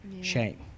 shame